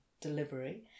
delivery